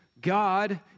God